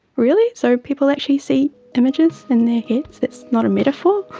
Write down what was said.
really, so people actually see images in their heads, it's not a metaphor? oh,